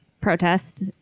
protest